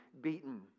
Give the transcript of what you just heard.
beaten